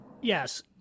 Yes